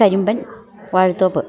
Karimban Vazhathope